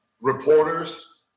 reporters